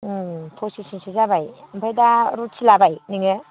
उम फसिसजनसो जाबाय ओमफ्राय दा रुटि लाबाय नोङो